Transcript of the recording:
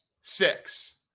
Six